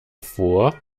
vor